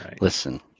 Listen